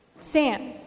Sam